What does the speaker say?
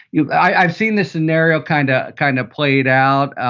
yeah i've seen this scenario kind of kind of played out.